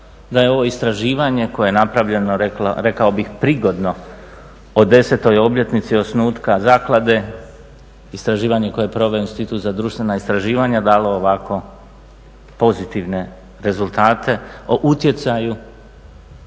da je ovo istraživanje koje je napravljeno, rekao bih prigodno o 10. obljetnici osnutka zaklade, istraživanje koje je proveo Institut za društvena istraživanja dalo ovako pozitivne rezultate o utjecaju